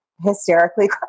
hysterically